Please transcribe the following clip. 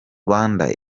rwanda